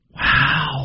Wow